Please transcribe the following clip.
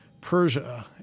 Persia